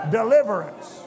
deliverance